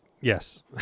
Yes